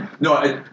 No